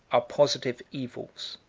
are positive evils